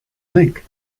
link